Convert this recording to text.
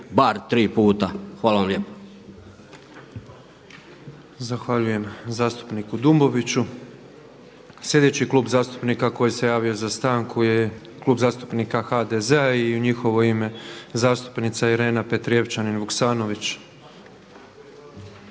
Hvala vam lijepo.